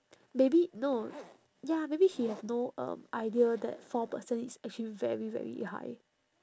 maybe no ya maybe she has no um idea that four percent is actually very very high